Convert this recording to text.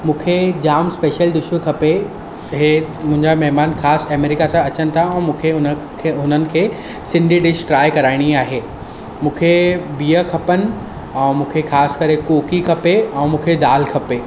मूंखे जामु स्पेशल डिशूं खपे हे मुंहिंजा महिमान ख़ासि अमेरिका सां अचनि था ऐं मूंखे हुनखे हुननि खे सिंधी डिश ट्राए कराइणी आहे मूंखे खपनि अऊं मुखे ख़ासि करे कोकी खपे ऐं मूंखे दालि खपे